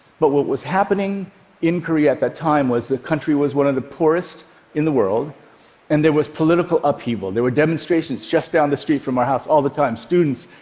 but what was happening in korea at that time was the country was one of the poorest in the world and there was political upheaval. there were demonstrations just down the street from our house all the time, students